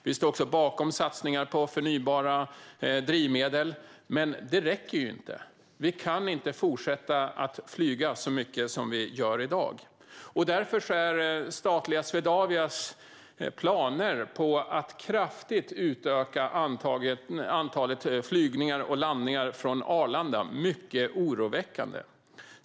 Vi står också bakom satsningar på förnybara drivmedel. Men detta räcker inte. Vi kan inte fortsätta flyga så mycket som vi gör i dag. Därför är statliga Swedavias planer på att kraftigt utöka antalet flygningar och landningar på Arlanda mycket oroväckande.